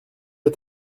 est